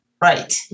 Right